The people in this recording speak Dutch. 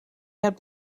hebt